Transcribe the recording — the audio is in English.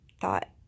thought